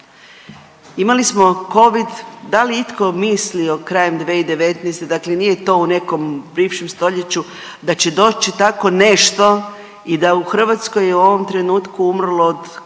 Imali smo covid, da li je itko mislio krajem 2019. dakle nije to u nekom bivšem stoljeću da će doći tako nešto i da u Hrvatskoj je u ovom trenutku umrlo od korone